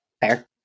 Fair